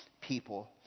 people